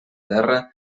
terra